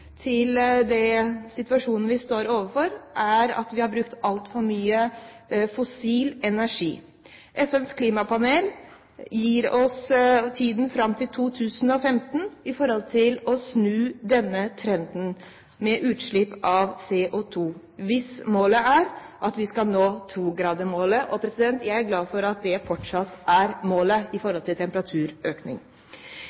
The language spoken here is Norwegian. til den situasjonen vi står overfor, er at vi har brukt altfor mye fossil energi. FNs klimapanel gir oss tiden fram til 2015 for å snu trenden med utslipp av CO2, hvis målet er at vi skal nå 2-gradersmålet. Jeg er glad for at det fortsatt er målet i